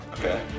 Okay